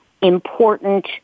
important